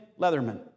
Leatherman